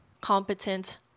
competent